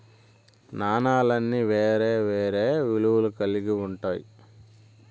నాణాలన్నీ వేరే వేరే విలువలు కల్గి ఉంటాయి